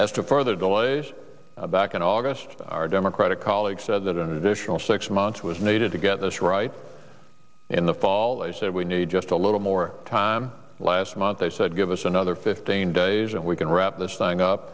as to further delays back in august our democratic colleagues said that an additional six months was needed to get this right in the fall they said we need just a little more time last month they said give us another fifteen days and we can wrap this thing up